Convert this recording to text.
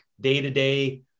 day-to-day